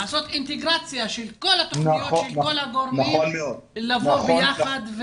לעשות אינטגרציה של כל התוכניות של כל הגורמים לבוא ביחד.